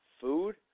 food